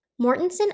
Mortensen